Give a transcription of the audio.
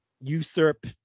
Usurp